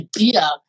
idea